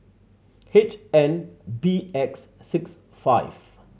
H N B X six five